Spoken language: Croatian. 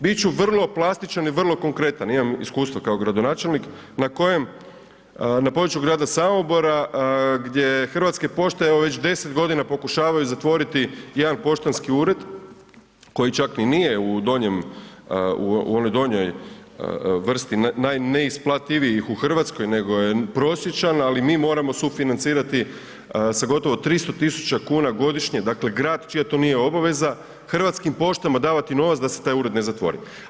Bit ću vrlo plastičan i vrlo konkretan, imam iskustva kao gradonačelnik na kojem području grada Samobora gdje Hrvatske pošte evo već 10 godina pokušavaju zatvoriti jedan poštanski ured koji čak i nije u onoj donjoj vrsti najneisplativijih u Hrvatskoj nego je prosječan, ali mi morao sufinancirati sa gotovo 300.000 kuna godišnje, dakle grad čija to nije obaveza Hrvatskim poštama davati novac da se taj ured ne zatvori.